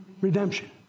redemption